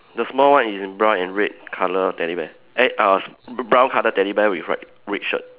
the small one is in brown and red colour teddy bear eh uh s~ brown colour teddy bear with like red shirt